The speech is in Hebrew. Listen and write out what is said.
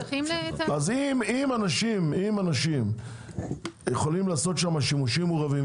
אם אנשים יכולים לעשות שם שימושים מעורבים,